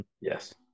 Yes